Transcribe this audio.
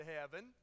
heaven